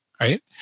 right